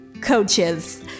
coaches